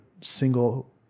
single